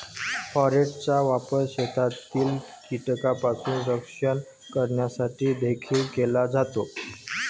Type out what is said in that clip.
फोरेटचा वापर शेतातील कीटकांपासून संरक्षण करण्यासाठी देखील केला जातो